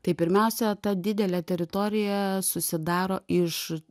tai pirmiausia ta didelė teritorija susidaro iš